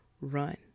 run